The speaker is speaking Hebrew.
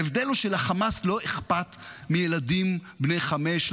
ההבדל הוא שלחמאס לא אכפת מילדים בני חמש,